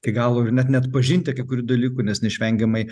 iki galo ir net neatpažinti kai kurių dalykų nes neišvengiamai